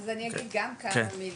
אז אני אגיד גם כאן מילים,